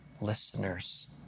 listeners